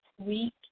week